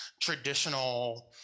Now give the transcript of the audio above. traditional